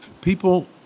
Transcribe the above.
people